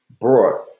brought